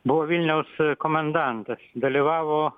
buvo vilniaus komendantas dalyvavo